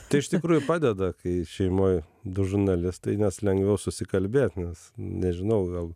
tai iš tikrųjų padeda kai šeimoj du žurnalistai nes lengviau susikalbėt nes nežinau gal